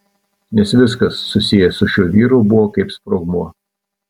nes viskas susiję su šiuo vyru buvo kaip sprogmuo